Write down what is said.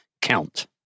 count